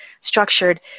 structured